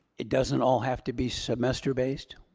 it doesn't all have to be semester based.